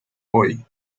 hoy